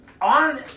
on